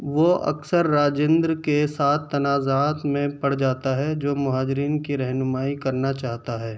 وہ اکثر راجندر کے ساتھ تنازعات میں پڑ جاتا ہے جو مہاجرین کی رہنمائی کرنا چاہتا ہے